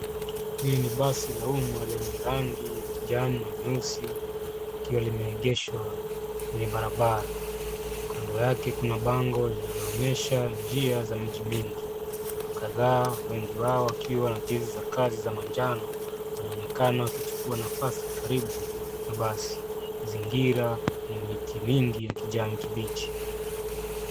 Hii ni basi la umma lenye rangi ya kijani na nyeusi likiwa limeegeshwa kwenye barabara. Kando yake kuna bango linaloonyesha njia za miji mingi. Watu kadhaa wengi wao wakiwa na jezi za kazi za manjano wanaonekana wakichukua nafasi karibu na basi. Mazingira na miti mingi ya kijani kibichi.